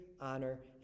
honor